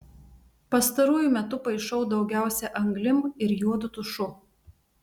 pastaruoju metu paišau daugiausia anglim ir juodu tušu